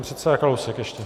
Pan předseda Kalousek ještě.